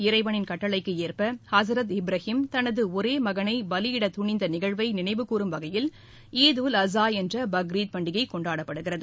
இறைவனின் கட்டளைக்கு ஏற்ப ஹசரத் இப்ராஹிம் தனது ஒரே மகனை பலியிட துணிந்த நிகழ்வை நினைவுகூறும் வகையில் ஈத் உல் அஸா என்ற பக்ரீத் பண்டிகை கொண்டாடப்படுகிறது